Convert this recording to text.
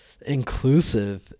inclusive